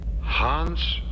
Hans